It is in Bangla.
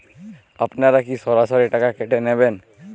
আপনারা কি সরাসরি টাকা কেটে নেবেন?